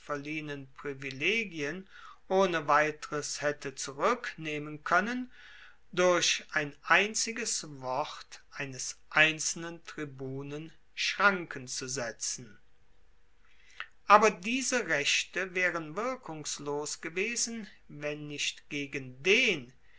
privilegien ohne weiteres haette zuruecknehmen koennen durch ein einziges wort eines einzelnen tribunen schranken zu setzen aber diese rechte waeren wirkungslos gewesen wenn nicht gegen den